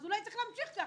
אז אולי צריך להמשיך כך.